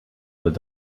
but